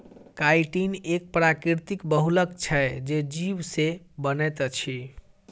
chitin एक प्राकृतिक बहुलक छै जे जीव से बनैत अछि